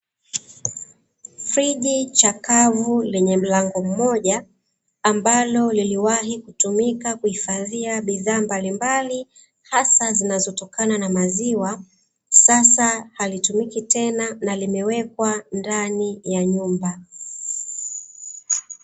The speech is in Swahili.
Friji chakavu lenye mlango mmoja ambalo liliwahi kutumika kuhifadhia bidhaa mbalimbali hasa zinazotokana na maziwa, sasa halitumiki tena na limewekwa ndani ya nyumba.